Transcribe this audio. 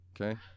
Okay